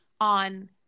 on